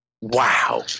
Wow